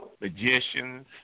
magicians